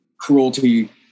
Cruelty